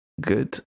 good